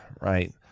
Right